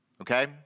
Okay